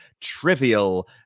trivial